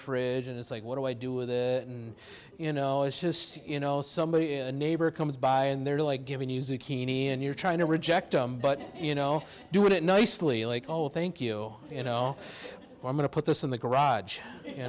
fridge and it's like what do i do with it and you know it's just you know somebody in a neighbor comes by and they're like giving you zucchini and you're trying to reject them but you know do it nicely like all thank you you know i'm going to put this in the garage you